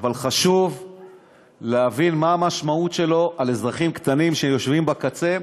אבל חשוב להבין מה המשמעות שלו על אזרחים קטנים שיושבים בקצה,